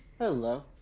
Hello